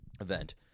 event